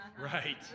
Right